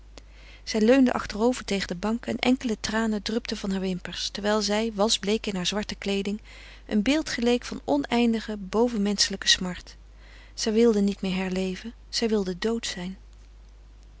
zij leunde achterover tegen de bank en enkele tranen drupten van haar wimpers terwijl zij wasbleek in haar zwarte kleeding een beeld geleek van oneindige bovenmenschelijke smart zij wilde niet meer herleven zij wilde dood zijn